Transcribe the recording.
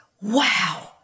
wow